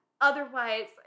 otherwise